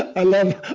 i love